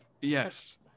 Yes